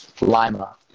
Lima